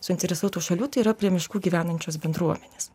suinteresuotų šalių tai yra prie miškų gyvenančios bendruomenės